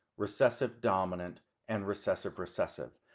recessive dominant, and recessive recessive.